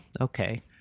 okay